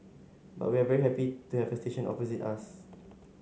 but we are very happy to have a station opposite us